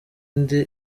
indi